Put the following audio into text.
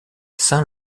saint